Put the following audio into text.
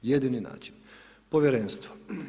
Jedini način, Povjerenstvo.